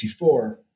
1964